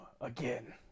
again